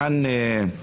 פה